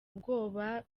ubwoba